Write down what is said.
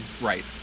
Right